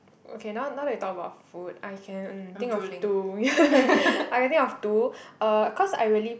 okay now now they talk about food I can um think of two ya I can think of two uh cause I really